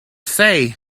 say